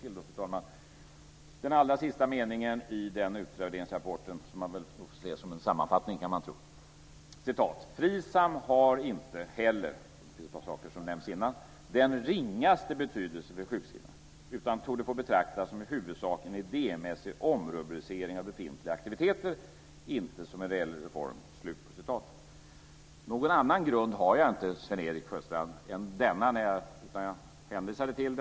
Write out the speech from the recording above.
Jag citerar återigen den allra sista meningen i utvärderingsrapporten, som man väl får se som en sammanfattning: "FRISAM har inte heller" - detta syftar på några saker som nämns dessförinnan - "den ringaste betydelse för sjukskrivningarna, utan torde få betraktas som i huvudsak en idémässig omrubricering av befintliga aktiviteter, inte som en reell reform." Sven-Erik Sjöstrand! Jag har inte någon annan grund än den som jag här har hänvisat till.